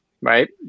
right